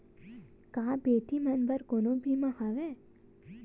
का बेटी मन बर कोनो बीमा हवय?